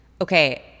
okay